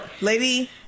lady